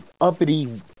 uppity